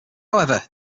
however